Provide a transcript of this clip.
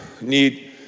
need